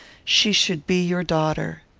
she should be your daughter.